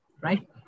right